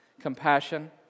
Compassion